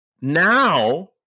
Now